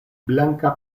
blanka